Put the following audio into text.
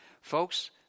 Folks